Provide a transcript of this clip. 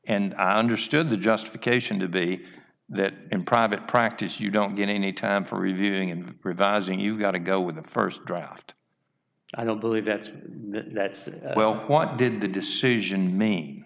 and i understood the justification to be that in private practice you don't get any time for reviewing and revising you've got to go with the first draft i don't believe that's the that's the well what did the decision m